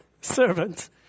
servant